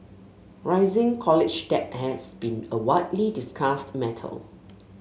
rising college debt has been a widely discussed matter